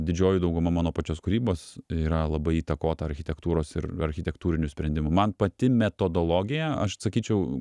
didžioji dauguma mano pačios kūrybos yra labai įtakota architektūros ir architektūrinių sprendimų man pati metodologija aš sakyčiau